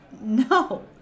No